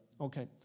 Okay